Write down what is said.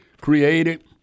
created